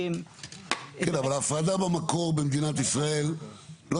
כן, אבל ההפרדה במקור במדינת ישראל לא